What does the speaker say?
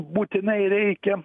būtinai reikia